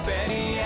Betty